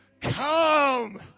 come